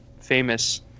famous